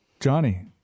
johnny